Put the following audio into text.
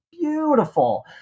beautiful